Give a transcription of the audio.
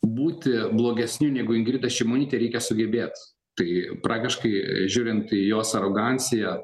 būti blogesniu negu ingrida šimonytė reikia sugebėt tai praktiškai žiūrint į jos aroganciją